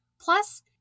Plus